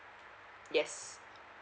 yes